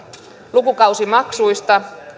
lukukausimaksuista